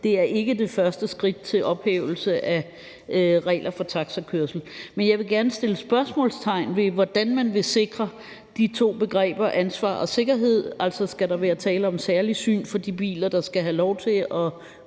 at det ikke er det første skridt til ophævelse af regler for taxakørsel. Men jeg vil gerne sætte spørgsmålstegn ved, hvordan man vil sikre de to begreber ansvar og sikkerhed. Altså, skal der være tale om særligt syn for de biler, der skal have lov til at